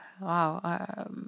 wow